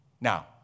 Now